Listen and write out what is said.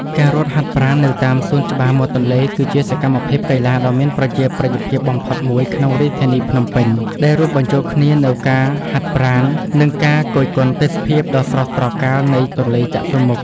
ការរត់ហាត់ប្រាណនៅតាមសួនច្បារមាត់ទន្លេ គឺជាសកម្មភាពកីឡាដ៏មានប្រជាប្រិយភាពបំផុតមួយក្នុងរាជធានីភ្នំពេញ ដែលរួមបញ្ចូលគ្នានូវការហាត់ប្រាណ និងការគយគន់ទេសភាពដ៏ស្រស់ត្រកាលនៃទន្លេចតុមុខ។